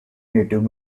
native